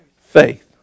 Faith